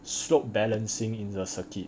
sloped balancing in the circuit